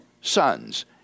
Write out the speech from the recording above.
sons